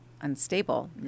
unstable